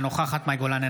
אינה נוכחת מאי גולן,